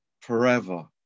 forever